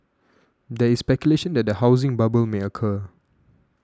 there is speculation that a housing bubble may occur